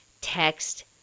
text